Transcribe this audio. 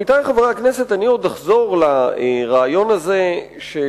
עמיתי חברי הכנסת, אני עוד אחזור לרעיון הזה של